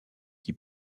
qui